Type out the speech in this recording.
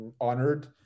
honored